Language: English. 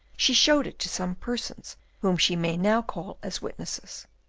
she showed it to some persons whom she may now call as witnesses.